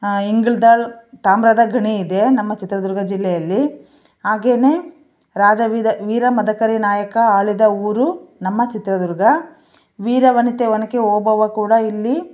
ಇಂಗಳದಾಳು ತಾಮ್ರದ ಗಣಿ ಇದೆ ನಮ್ಮ ಚಿತ್ರದುರ್ಗ ಜಿಲ್ಲೆಯಲ್ಲಿ ಹಾಗೇನೇ ರಾಜ ವೀರ ವೀರ ಮದಕರಿ ನಾಯಕ ಆಳಿದ ಊರು ನಮ್ಮ ಚಿತ್ರದುರ್ಗ ವೀರ ವನಿತೆ ಒನಕೆ ಓಬವ್ವ ಕೂಡ ಇಲ್ಲಿ